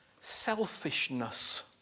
Selfishness